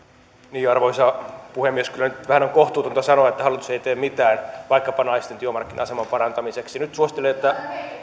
arvoisa puhemies kyllä nyt vähän on kohtuutonta sanoa että hallitus ei tee mitään vaikkapa naisten työmarkkina aseman parantamiseksi nyt suosittelen että